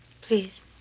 Please